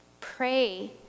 Pray